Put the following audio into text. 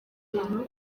ibintu